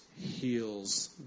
heals